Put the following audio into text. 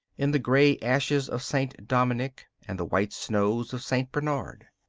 in the gray ashes of st. dominic and the white snows of st. bernard.